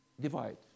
Divide